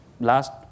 Last